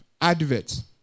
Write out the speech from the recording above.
adverts